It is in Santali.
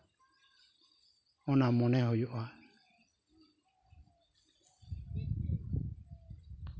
ᱚᱱᱟ ᱢᱚᱱᱮ ᱦᱩᱭᱩᱜᱼᱟ